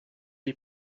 die